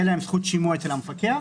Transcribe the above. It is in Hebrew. תהיה להם זכות שימוע אצל המפקח,